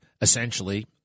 essentially